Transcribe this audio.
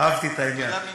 אהבתי את העניין.